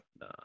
no